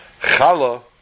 Chala